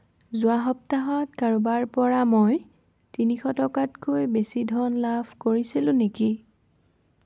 যোৱা সপ্তাহত কাৰোবাৰ পৰা মই তিনিশ টকাতকৈ বেছি ধন লাভ কৰিছিলোঁ নেকি